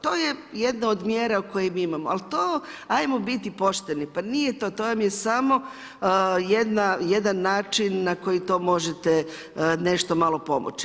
To je jedna od mjera koju mi imamo, ali to ajmo biti pošteno, pa nije to, to vam je samo jedan način na koji to možete nešto malo pomoći.